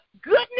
goodness